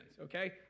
okay